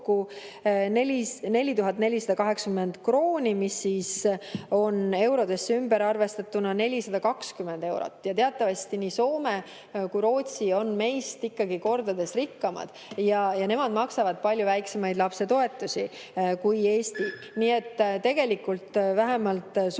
4480 krooni, mis on eurodesse ümberarvestatuna 420 eurot. Teatavasti nii Soome kui ka Rootsi on meist ikkagi kordades rikkamad ja nemad maksavad palju väiksemaid lapsetoetusi kui Eesti. Nii et tegelikult vähemalt suurperede